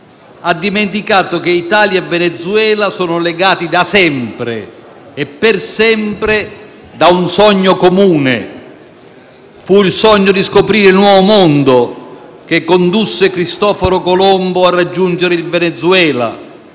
ha dimenticato che Italia e Venezuela sono legati da sempre e per sempre da un sogno comune. Fu il sogno di scoprire il Nuovo mondo che condusse Cristoforo Colombo a raggiungere il Venezuela.